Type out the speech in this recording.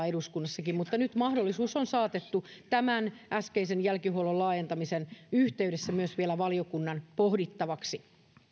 eduskunnassakin mutta nyt mahdollisuus on saatettu tämän äskeisen jälkihuollon laajentamisen yhteydessä myös vielä valiokunnan pohdittavaksi